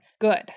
Good